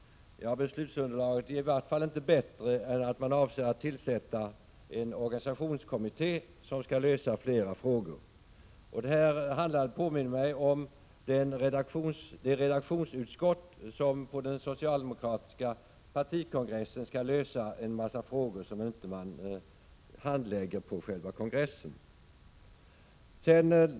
Ja, beslutsunderlaget är i vart fall inte bättre än att man avser att tillsätta en organisationskommitté, som skall utreda och finna svar på flera frågor. Detta tillvägagångssätt påminner mig om det redaktionsutskott som på den socialdemokratiska partikongressen skall lösa en mängd frågor som man inte handlägger på själva kongressen.